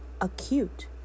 Acute